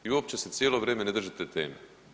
I uopće se cijelo vrijeme ne držite teme.